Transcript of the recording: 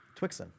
Twixen